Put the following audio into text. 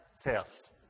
test